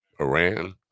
Iran